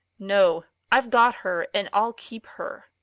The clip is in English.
no i've got her, and i'll keep her.